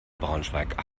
braunschweig